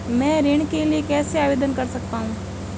मैं ऋण के लिए कैसे आवेदन कर सकता हूं?